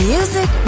Music